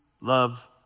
love